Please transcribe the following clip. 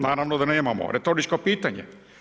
Naravno da nemamo, retoričko pitanje.